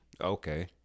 Okay